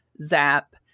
zap